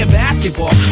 basketball